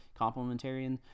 complementarian